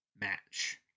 match